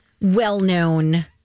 well-known